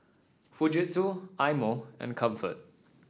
Fujitsu Eye Mo and Comfort